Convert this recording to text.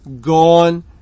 gone